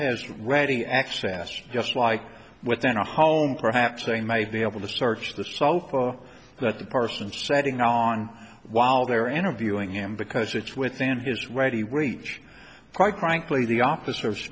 has ready access just like within a home perhaps they might be able to search the sulfa but the parson setting on while they're interviewing him because it's within his ready range quite frankly the officers